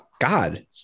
God